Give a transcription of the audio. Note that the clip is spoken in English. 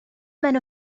man